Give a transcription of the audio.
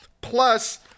Plus